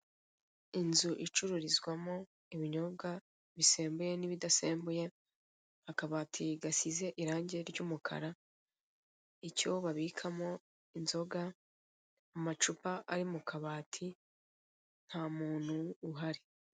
Inzu icururizwamo ibinyobwa bisembuye n'ibidasembuye, akabati gasize irange ry'umukara, icyo babikamo inzoga, amacupa ari mu kabati nta muntu uhari.